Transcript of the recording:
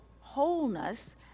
wholeness